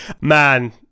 man